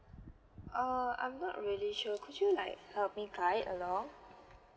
uh I'm not really sure could you like help me guide along